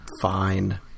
fine